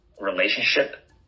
relationship